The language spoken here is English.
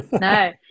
No